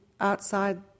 outside